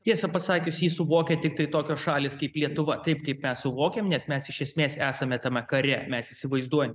tiesą pasakius jį suvokia tiktai tokios šalys kaip lietuva taip kaip mes suvokiam nes mes iš esmės esame tame kare mes įsivaizduojam